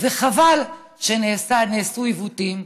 וחבל שנעשו עיוותים.